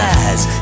eyes